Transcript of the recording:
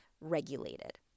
regulated